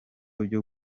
byo